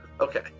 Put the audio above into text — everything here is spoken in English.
Okay